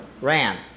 ran